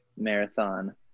marathon